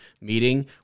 meeting